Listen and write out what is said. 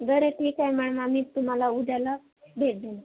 बरं ठीक आहे मॅम आम्ही तुम्हाला उद्याला भेट देऊ